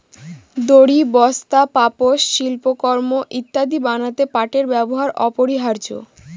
দড়ি, বস্তা, পাপোষ, শিল্পকর্ম ইত্যাদি বানাতে পাটের ব্যবহার অপরিহার্য